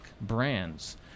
brands